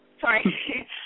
Sorry